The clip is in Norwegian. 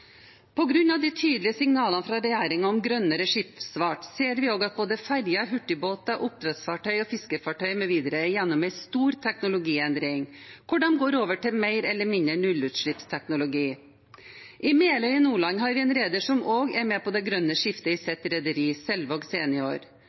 de tydelige signalene fra regjeringen om grønnere skipsfart ser vi også at både ferjer, hurtigbåter, oppdrettsfartøy og fiskefartøy mv. er gjennom en stor teknologiendring, hvor de går over til mer eller mindre nullutslippsteknologi. I Meløy i Nordland har vi en reder som også er med på det grønne skiftet i